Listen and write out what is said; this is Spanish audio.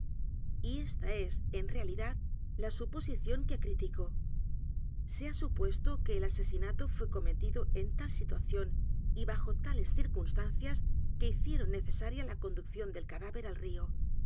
y esta es en realidad la suposición que critico se ha supuesto que el asesinato fué cometido en tal edgar poe novelas y cuentos situación y bajo tales circunstancias que hicieron necesaria la conducción del cadáver al río